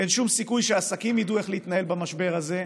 אין שום סיכוי שהעסקים ידעו איך להתנהל במשבר הזה,